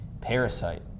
Parasite